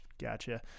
gotcha